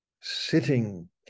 sitting